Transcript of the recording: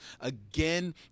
Again